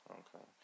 okay